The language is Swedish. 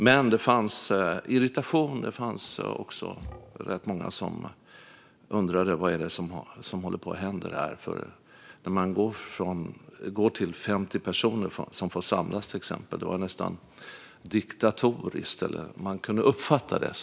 Men det fanns irritation, och rätt många undrade vad som höll på att hända. När man till exempel gick till 50 personer som fick samlas var det nästan diktatoriskt - eller det kunde i alla fall uppfattas så.